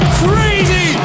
crazy